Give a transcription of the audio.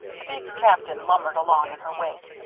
the big captain lumbered along in her wake,